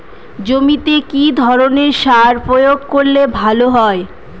জমিতে কি ধরনের সার প্রয়োগ করলে ভালো হয়?